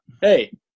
Hey